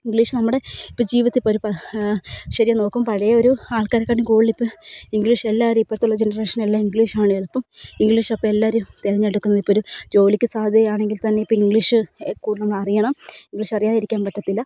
English നമ്മുടെ ഇപ്പോൾ ജീവിതത്തിൽ ഇപ്പോൾ ഒരു ശരിയായി നോക്കുമ്പോൾ പഴയ ഒരു ആൾക്കാരെക്കാട്ടിയും കൂടുതൽ ഇപ്പോൾ ഇംഗ്ലീഷ് എല്ലാവരും ഇപ്പോഴുള്ള ജനറേഷനെല്ലാം ഇംഗ്ലീഷാണെളുപ്പം ഇംഗ്ലീഷ് അപ്പോൾ എല്ലാവരും തിരഞ്ഞെടുക്കുന്നത് ഇപ്പോൾ ഒരു ജോലിക്ക് സാധ്യതയാണെങ്കിൽ തന്നെ ഇപ്പോൾ ഇംഗ്ലീഷ് കൂടുതലും അറിയണം ഇംഗ്ലീഷ് അറിയാതിരിക്കാൻ പറ്റത്തില്ല